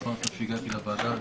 חשוב מאוד שהגעתי לוועדה.